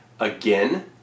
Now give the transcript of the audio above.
Again